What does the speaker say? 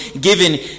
given